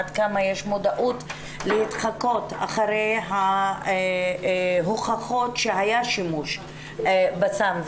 עד כמה יש מודעות להתחקות אחרי ההוכחות שהיה שימוש בסם.